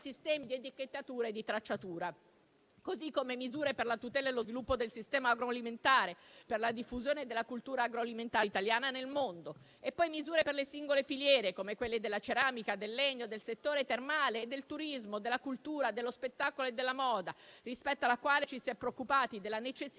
sistemi di etichettatura e di tracciatura. Ancora, misure per la tutela e lo sviluppo del sistema agroalimentare per la diffusione della cultura agroalimentare italiana nel mondo e poi misure per le singole filiere, come quelle della ceramica, del legno, del settore termale e del turismo, della cultura, dello spettacolo e della moda, rispetto alla quale ci si è preoccupati della necessità